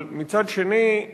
אבל מצד שני,